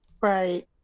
Right